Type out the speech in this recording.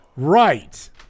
Right